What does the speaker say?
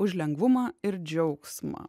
už lengvumą ir džiaugsmą